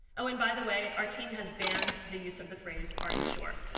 oh, and by the way, our team has banned the use of the phrase are you sure?